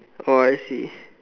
oh I see